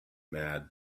mad